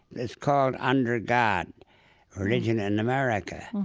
it's called under god religion and america.